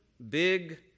Big